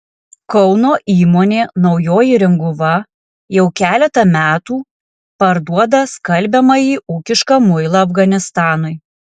kauno įmonė naujoji ringuva jau keletą metų parduoda skalbiamąjį ūkišką muilą afganistanui